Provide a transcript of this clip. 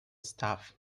staff